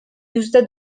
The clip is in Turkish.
yüzde